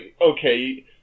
okay